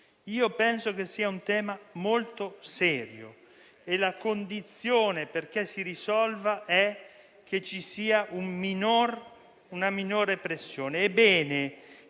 penso sia un tema molto serio e la condizione perché si risolva è che ci sia una minore pressione.